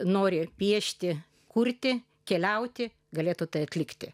nori piešti kurti keliauti galėtų tai atlikti